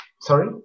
Sorry